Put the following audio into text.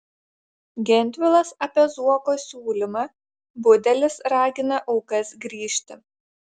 gentvilas apie zuoko siūlymą budelis ragina aukas grįžti